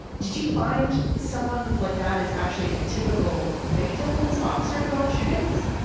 did you find someone like that is actually the typical victim in these officer involved shootings?